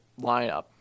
lineup